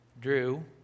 Drew